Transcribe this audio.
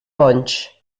bonys